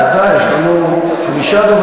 גם אני פה,